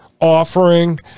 offering